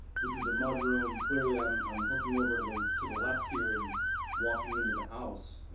this is a mud room. clearly, i'm i'm hooking over to the to the left here and walking into the house.